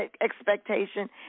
expectation